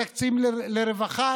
תקציבים לרווחה,